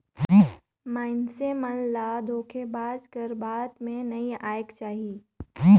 मइनसे मन ल धोखेबाज कर बात में नी आएक चाही